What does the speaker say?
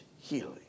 healing